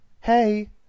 hey